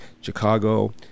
Chicago